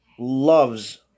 loves